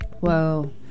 Whoa